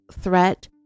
threat